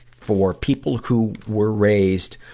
for people who were raised,